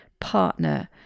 partner